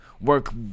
work